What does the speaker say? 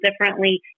differently